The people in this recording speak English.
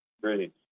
Great